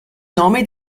nome